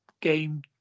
game